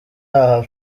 aha